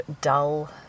dull